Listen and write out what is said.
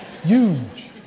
Huge